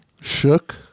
Shook